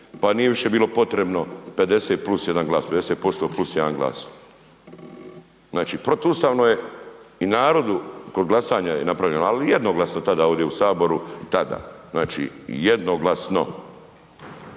pa nije više bilo potrebno 50+1 glas, 50% + 1 glas. Znači protuustavno je i narodu, kod glasanje je napravljeno ali jednoglasno tada ovdje u Saboru, tada, znači jednoglasno.